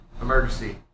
Emergency